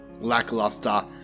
lackluster